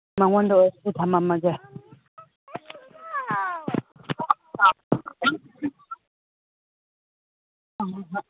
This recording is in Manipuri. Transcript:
ꯃꯉꯣꯟꯗ ꯑꯣꯏꯔꯁꯨ ꯊꯝꯃꯝꯃꯒꯦ